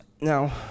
Now